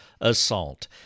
assault